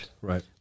right